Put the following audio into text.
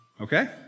Okay